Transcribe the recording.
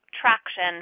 traction